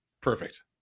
Perfect